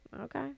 okay